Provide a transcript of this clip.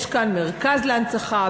יש כאן מרכז להנצחה,